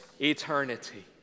eternity